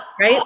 right